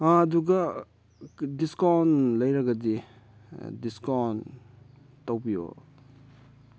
ꯑꯗꯨꯒ ꯗꯤꯁꯀꯥꯎꯟ ꯂꯩꯔꯒꯗꯤ ꯗꯤꯁꯀꯥꯎꯟ ꯇꯧꯕꯤꯌꯣ